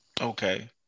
okay